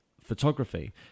photography